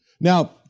Now